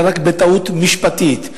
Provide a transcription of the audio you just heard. אלא רק בטעות משפטית.